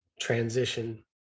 transition